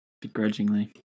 Begrudgingly